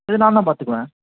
இது நான்தான் பார்த்துக்குவேன்